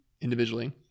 individually